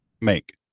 make